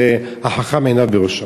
והחכם עיניו בראשו.